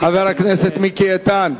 חבר הכנסת מיקי איתן,